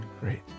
great